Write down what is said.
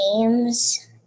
games